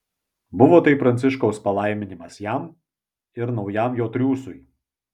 buvo tai pranciškaus palaiminimas jam ir naujam jo triūsui